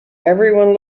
everyone